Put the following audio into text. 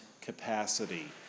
capacity